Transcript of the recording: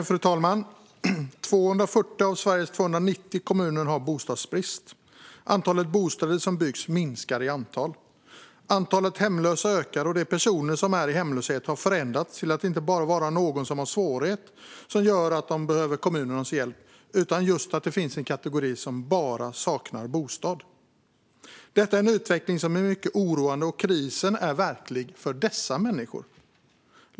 Fru talman! Det är 240 av landets 290 kommuner som har bostadsbrist. Antalet bostäder som byggs minskar. Antalet hemlösa ökar. De personer som är i hemlöshet har förändrats till att inte bara vara de som har en svårighet som gör att de behöver kommunens hjälp, utan det finns en kategori som bara saknar bostad. Detta är en utveckling som är mycket oroande. Krisen är verklig för dessa människor.